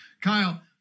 Kyle